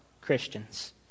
Christians